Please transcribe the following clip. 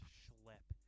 schlep